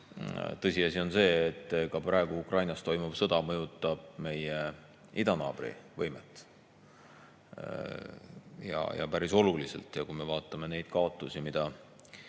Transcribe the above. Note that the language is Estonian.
tõsiasi on ka see, et praegu Ukrainas toimuv sõda mõjutab meie idanaabri võimet, ja päris oluliselt. Kui me vaatame neid kaotusi, mida